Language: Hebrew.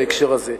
בהקשר הזה.